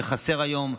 שחסר היום,